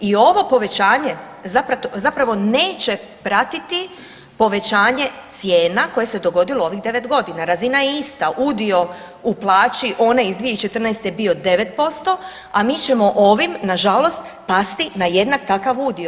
I ovo povećanje zapravo neće pratiti povećanje cijena koje se dogodilo u ovih 9 godina, razina je ista, udio u plaći one iz 2014. je bio 9%, a mi ćemo ovim na žalost pasti na jednak takav udio.